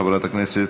חברת הכנסת,